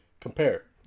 compare